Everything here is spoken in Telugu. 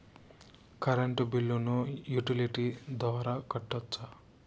కరెంటు బిల్లును యుటిలిటీ ద్వారా కట్టొచ్చా?